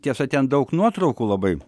tiesa ten daug nuotraukų labai